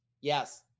Yes